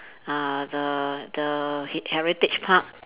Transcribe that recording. uh the the he~ Heritage Park